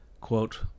quote